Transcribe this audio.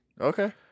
Okay